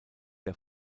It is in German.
der